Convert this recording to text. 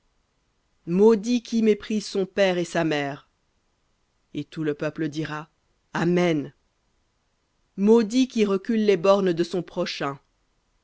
maudit qui méprise son père et sa mère et tout le peuple dira amen maudit qui recule les bornes de son prochain